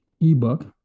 ebook